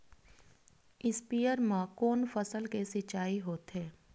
स्पीयर म कोन फसल के सिंचाई होथे?